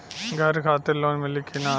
घर खातिर लोन मिली कि ना?